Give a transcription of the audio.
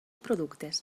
productes